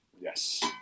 Yes